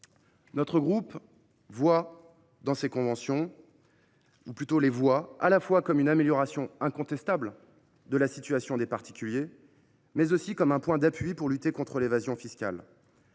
notre groupe considère ces conventions, non seulement comme une amélioration incontestable de la situation des particuliers, mais aussi comme un point d’appui pour lutter contre l’évasion fiscale.